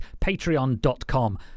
Patreon.com